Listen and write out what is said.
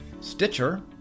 Stitcher